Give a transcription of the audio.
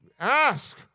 Ask